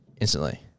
Instantly